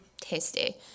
tasty